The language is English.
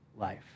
life